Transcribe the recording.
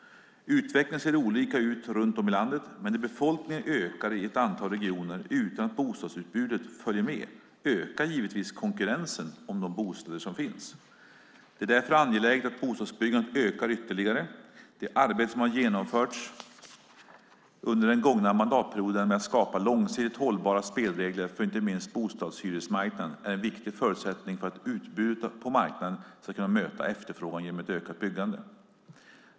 Utvecklingen ser olika ut runt om i landet, men när befolkningen ökar i ett antal regioner utan att bostadsutbudet följer med ökar givetvis konkurrensen om de bostäder som finns. Det är därför angeläget att bostadsbyggandet ökar ytterligare. Det arbete som har genomförts under den gångna mandatperioden med att skapa långsiktigt hållbara spelregler för inte minst hyresbostadsmarknaden är en viktig förutsättning för att utbudet på marknaden ska kunna möta efterfrågan genom ett ökat byggande.